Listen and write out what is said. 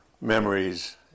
memories